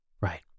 Right